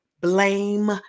blame